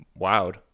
wowed